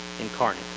incarnate